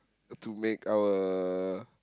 to make our